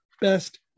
best